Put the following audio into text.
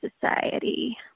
society